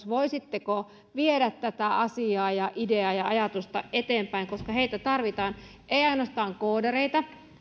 voisitteko viedä tätä asiaa ja ideaa ja ajatusta eteenpäin koska heitä tarvitaan ei ainoastaan koodareita